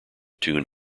tune